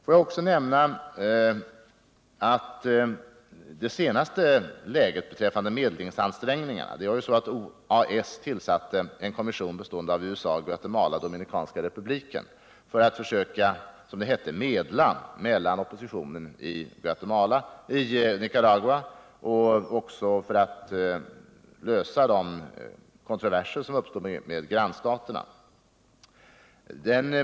Får jag också nämna något om det senaste läget beträffande medlingsansträngningarna. OAS tillsatte ju en kommission bestående av USA, Guatemala och Dominikanska republiken för att försöka, som det hette, medla mellan oppositionen och de styrande myndigheterna i Nicaragua och även för att lösa de kontroverser som uppstod med grannstaterna.